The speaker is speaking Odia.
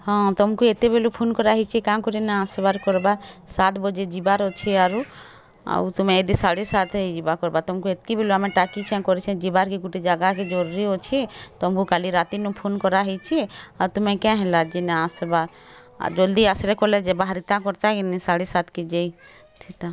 ହଁ ତମକୁ ଏତେବେଲୁ ଫୋନ୍ କରାହେଇଛେ କାଁ କରି ନାଇଁ ଆସବାର୍ କରବାର୍ ସାତ୍ ବଜେ ଯିବାର୍ ଅଛେ ଆରୁ ଆଉ ତମେ ହେଦେ ସାଢ଼େ ସାତ୍ ହେଇଯିବା କର୍ବା ତମକୁ ହେତକିବେଲୁ ଆମେ ଟାକିଛେଁ କରିଛେଁ ଯିବାର୍ କେ ଗୁଟେ ଜାଗାକେ ଜରୁରୀ ଅଛେ ତମକୁ କାଲି ରାତିନୁ ଫୋନ୍ କରାହେଇଛେ ଆଉ ତୁମେ କାଏଁ ହେଲାଯେ ନାଇ ଆସବାର୍ ଆର୍ ଜଲଦି ଆସଲେ କଲେଯେ ବାହାରିତା କରତା କିନି ସାଢ଼େ ସାତ୍ କେ ଯାଇ ଥିତା